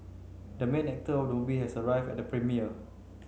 the main actor of the movie has arrived at the premiere